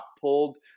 pulled